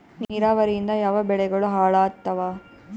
ನಿರಾವರಿಯಿಂದ ಯಾವ ಬೆಳೆಗಳು ಹಾಳಾತ್ತಾವ?